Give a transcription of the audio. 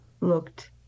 looked